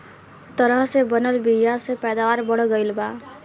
तरह से बनल बीया से पैदावार बढ़ गईल बा